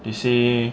they say